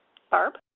barb.